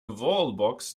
wallbox